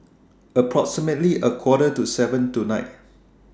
approximately A Quarter to seven tonight